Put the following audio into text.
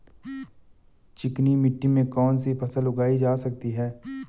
चिकनी मिट्टी में कौन सी फसल उगाई जा सकती है?